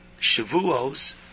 Shavuos